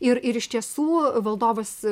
ir ir iš tiesų valdovas